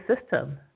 system